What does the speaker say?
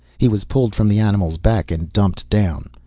he was pulled from the animal's back and dumped down.